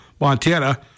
Montana